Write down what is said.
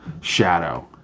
Shadow